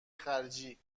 خرجی